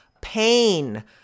pain